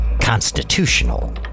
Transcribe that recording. constitutional